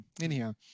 anyhow